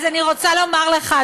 אז אני רוצה לומר לך,